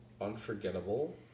Unforgettable